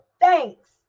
thanks